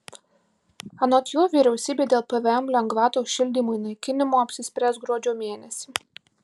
anot jo vyriausybė dėl pvm lengvatos šildymui naikinimo apsispręs gruodžio mėnesį